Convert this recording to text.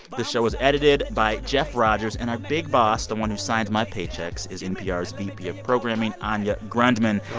the show was edited by jeff rogers. and our big boss, the one who signs my paychecks, is npr's vp of programming, anya grundmann.